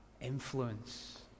influence